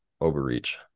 overreach